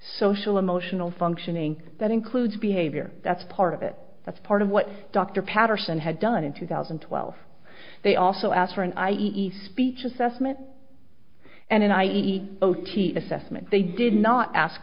social emotional functioning that includes behavior that's part of it that's part of what dr patterson had done in two thousand and twelve they also asked for an i e e e speech assessment and an i e e e o t assessment they did not ask